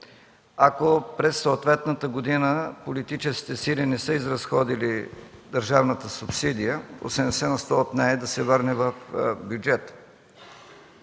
ако през съответната година политическите сили не са изразходвали държавната субсидия, 80% от нея да се върне в бюджета.